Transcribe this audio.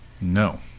No